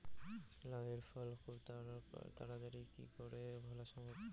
লাউ এর ফল খুব তাড়াতাড়ি কি করে ফলা সম্ভব?